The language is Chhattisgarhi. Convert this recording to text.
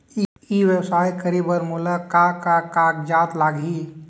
ई व्यवसाय करे बर मोला का का कागजात लागही?